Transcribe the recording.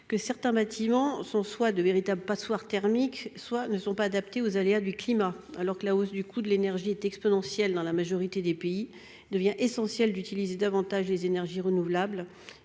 que certains bâtiments sont de véritables passoires thermiques ou qu'ils ne sont pas adaptés aux aléas du climat. Alors que les coûts de l'énergie augmentent de manière exponentielle dans la majorité des pays, il devient essentiel d'utiliser davantage les énergies renouvelables